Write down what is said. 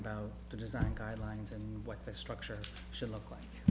about the design guidelines and what the structure should look like